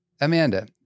Amanda